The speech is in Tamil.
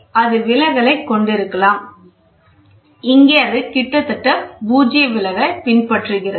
எனவே அது விலகலைக் கொண்டிருக்கலாம் இங்கே அது கிட்டத்தட்ட பூஜ்ய விலகல் பின்பற்றுகிறது